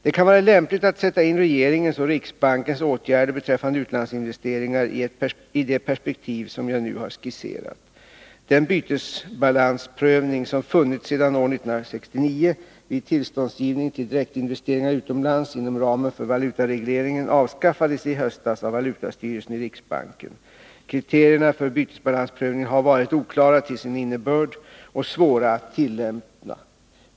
Det kan vara lämpligt att sätta in regeringens och riksbankens åtgärder beträffande utlandsinvesteringar i det perspektiv som jag nu har skisserat. Den bytesbalansprövning som funnits sedan år 1969 vid tillståndsgivning till direktinvesteringar utomlands inom ramen för valutaregleringen avskaffades i höstas av valutastyrelsen i riksbanken. Kriterierna för bytesbalansprövningen har varit oklara till sin innebörd och svåra att tillämpa.